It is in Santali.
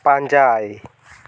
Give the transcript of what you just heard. ᱯᱟᱸᱡᱟᱭ